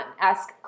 Ask